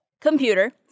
computer